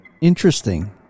interesting